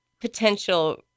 potential